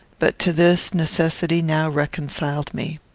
but to this, necessity now reconciled me.